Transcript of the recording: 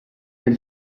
del